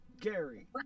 Gary